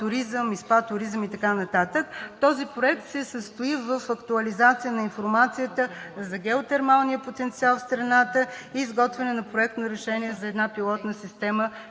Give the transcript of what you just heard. този проект се състои в актуализация на информацията за геотермалния потенциал в страната и изготвяне на проектно решение за една пилотна система